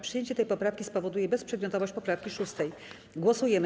Przyjęcie tej poprawki spowoduje bezprzedmiotowość poprawki 6. Głosujemy.